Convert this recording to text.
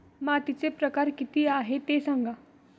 मातीचे प्रकार किती आहे ते सांगा